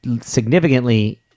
significantly